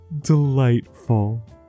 Delightful